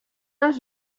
els